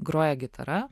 groja gitara